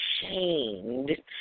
shamed